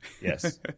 Yes